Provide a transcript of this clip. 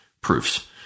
proofs